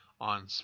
on